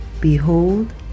Behold